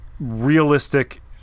realistic